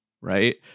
Right